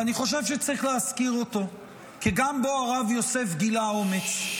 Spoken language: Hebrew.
ואני חושב שצריך להזכיר אותו כי גם בו הרב יוסף גילה אומץ.